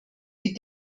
die